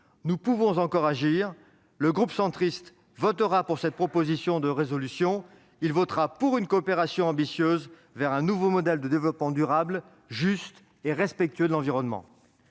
Nous pouvons encore agir. Le groupe centriste votera en faveur de cette proposition de résolution. Il votera pour une coopération ambitieuse vers un nouveau modèle de développement durable, juste et respectueux de l'environnement.